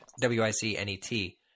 W-I-C-N-E-T